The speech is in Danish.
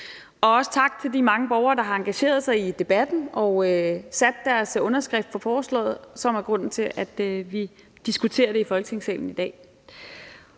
Også tak til de mange borgere, der har engageret sig i debatten og sat deres underskrift på forslaget, hvilket er grunden til, at vi diskuterer det i Folketingssalen i dag.